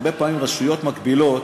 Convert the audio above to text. הרבה פעמים רשויות מקבילות,